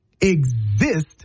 exist